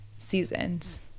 seasons